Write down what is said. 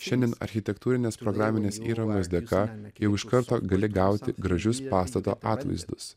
šiandien architektūrinės programinės įrangos dėka jau iš karto gali gauti gražius pastato atvaizdus